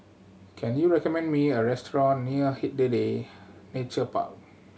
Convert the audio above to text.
can you recommend me a restaurant near Hindhede Nature Park